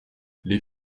les